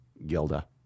Gilda